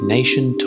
Nation